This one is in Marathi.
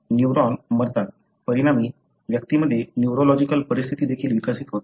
न्यूरॉन मरतात परिणामी व्यक्तीमध्ये न्यूरोलॉजिकल परिस्थिती देखील विकसित होते